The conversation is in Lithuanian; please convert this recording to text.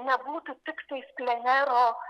nebūtų tiktais plenero